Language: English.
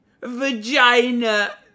Vagina